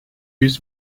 yüz